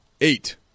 Eight